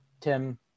Tim